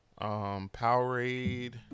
Powerade